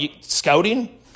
scouting